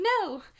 no